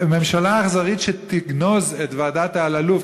ממשלה אכזרית שתגנוז את ועדת אלאלוף,